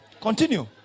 continue